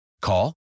Call